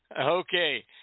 Okay